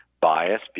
bias